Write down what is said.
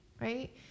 right